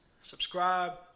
subscribe